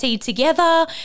together